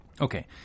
Okay